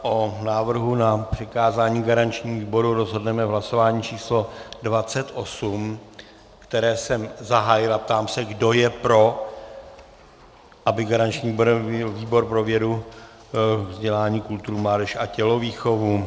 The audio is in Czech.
O návrhu na přikázání garančnímu výboru rozhodneme v hlasování číslo 28, které jsem zahájil, a ptám se, kdo je pro, aby garančním výborem byl výbor pro vědu, vzdělání, kulturu, mládež a tělovýchovu.